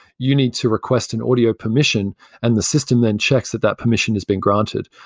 you need to request an audio permission and the system then checks that that permission has been granted.